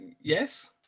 yes